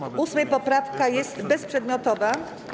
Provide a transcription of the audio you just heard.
8. poprawka jest bezprzedmiotowa.